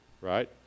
Right